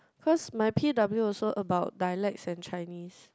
cause my P_W also about dialect and Chinese